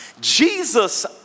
Jesus